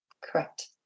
Correct